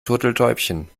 turteltäubchen